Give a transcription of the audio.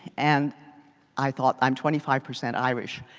and i thought, i'm twenty five percent irish.